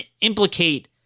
implicate